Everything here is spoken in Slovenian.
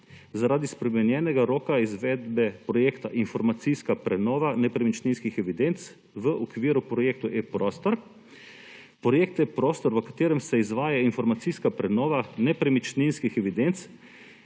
zaradi spremenjenega roka izvedbe projekta informacijska prenova nepremičninskih evidenc v okviru projekta eProstor. Projekt eProstor, v katerem se izvaja informacijska prenova nepremičninskih evidenc,